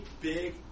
big